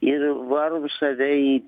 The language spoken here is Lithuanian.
ir varom save į